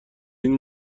این